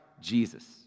Jesus